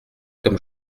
comme